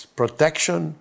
protection